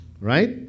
right